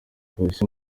polisi